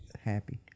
happy